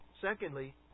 Secondly